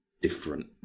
different